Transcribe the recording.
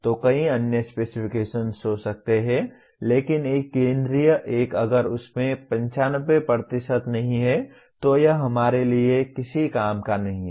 तो कई अन्य स्पेसिफिकेशन्स हो सकते हैं लेकिन एक केंद्रीय एक अगर इसमें 95 नहीं है तो यह हमारे लिए किसी काम का नहीं है